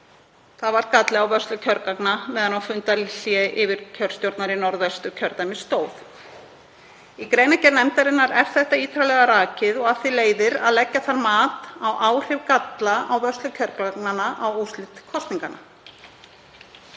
það var galli á vörslu kjörgagna meðan á fundarhléi yfirkjörstjórnar í Norðvesturkjördæmi stóð. Í greinargerð nefndarinnar er þetta ítarlega rakið og af því leiðir að leggja þarf mat á áhrif galla á vörslu kjörgagnanna á úrslit kosninganna.